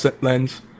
lens